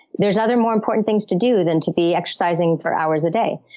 there's other, more important things to do than to be exercising for hours a day.